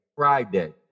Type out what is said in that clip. Friday